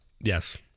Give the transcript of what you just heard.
Yes